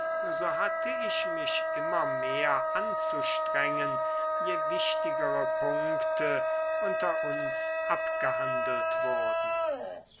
so hatte ich mich immer mehr anzustrengen je wichtigere punkte unter uns abgehandelt wurden